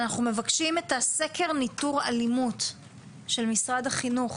אנחנו מבקשים סקר ניטור אלימות של משרד החינוך,